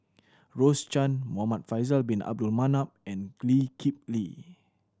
Rose Chan Muhamad Faisal Bin Abdul Manap and Lee Kip Lee